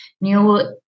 new